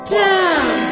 down